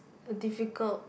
a difficult